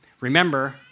Remember